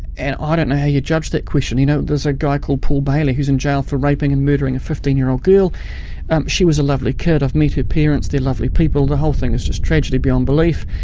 and i ah don't know and how you judge that question. you know there's a guy called paul bailey who's in jail for raping and murdering a fifteen year old girl she was a lovely kid, i've met her parents, they're lovely people, the whole thing was just tragedy beyond belief.